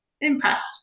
impressed